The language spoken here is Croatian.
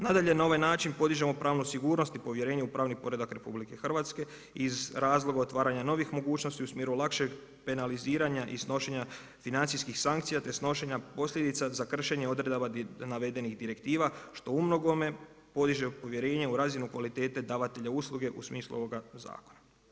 Nadalje, na ovaj način podižemo pravnu sigurnost i povjerenje u pravni poredak RH iz razloga otvaranja novih mogućnosti u smjeru lakšeg penaliziranja i snošenja financijskih sankcija te snošenja posljedica za kršenje odredaba navedenih direktiva što u mnogome podiže povjerenje u razinu kvalitete davatelja usluge u smislu ovoga zakona.